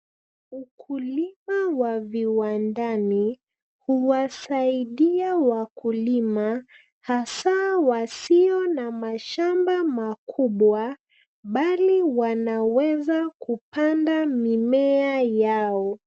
Ukulima wa viwandani huwasaidia wakulima hasa wasio na mashamba makubwa bali wanaweza kupanda mimea yao.